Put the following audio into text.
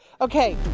Okay